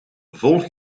volg